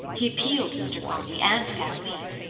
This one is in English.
he appealed to mr kearney and to kathleen.